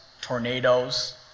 tornadoes